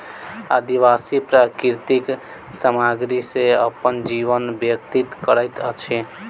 आदिवासी प्राकृतिक सामग्री सॅ अपन जीवन व्यतीत करैत अछि